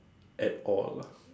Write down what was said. at all lah